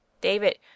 david